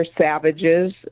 savages